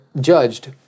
judged